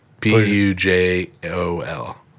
P-U-J-O-L